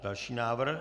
Další návrh.